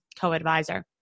co-advisor